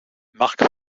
marc